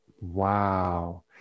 Wow